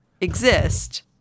exist